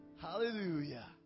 Hallelujah